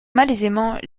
malaisément